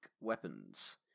weapons